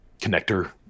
connector